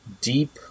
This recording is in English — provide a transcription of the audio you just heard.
deep